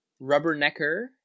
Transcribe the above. Rubbernecker